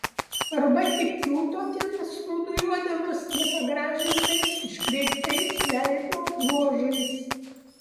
arba tik kiūto ten snūduriuodamas nepagražintais iškreiptais veido bruožais